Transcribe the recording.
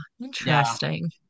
Interesting